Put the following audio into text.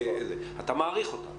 אתה מאריך אותה.